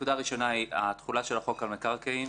הנקודה הראשונה היא תחולת חוק המקרקעין,